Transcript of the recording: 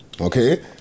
Okay